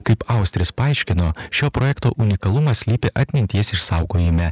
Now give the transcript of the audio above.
kaip austris paaiškino šio projekto unikalumas slypi atminties išsaugojime